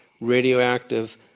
Radioactive